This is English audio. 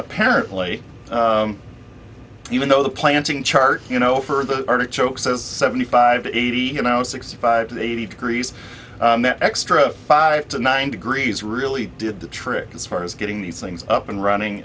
apparently even though the planting chart you know for the artichoke says seventy five to eighty you know sixty five to eighty degrees that extra five to nine degrees really did the trick as far as getting these things up and running